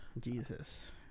jesus